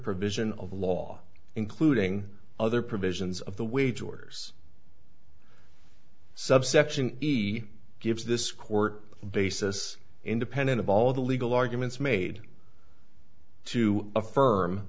provision of law including other provisions of the wage orders subsection he gives this court basis independent of all the legal arguments made to affirm